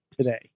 today